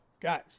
guys